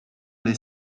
les